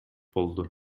болду